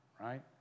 right